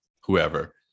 whoever